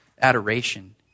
adoration